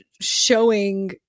showing